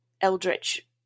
Eldritch